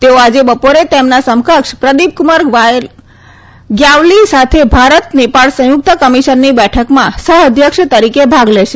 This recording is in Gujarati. તેઓ આજે બપોરે તેમના સમક્ષક પ્રદીપકુમાર ગ્યાવલી સાથે ભારત નેપાળ સંયુક્ત કમિશનની બેઠકમાં સહઅધ્યક્ષ તરીકે ભાગ લેશે